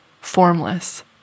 formless